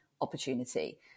opportunity